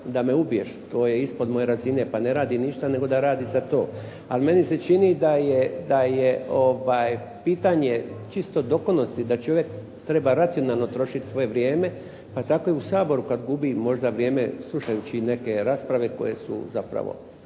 da me ubiješ. To je ispod moje razine. Pa ne radi ništa nego da radi za to. Ali meni se čini da je pitanje čite dokonosti da čovjek treba racionalno trošiti svoje vrijeme. Pa tako i u Saboru možda vrijeme slušajući neke rasprave koje su zapravo